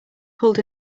pulled